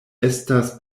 estas